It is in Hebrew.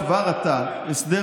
נהדר.